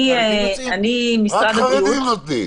רק חרדים נותנים.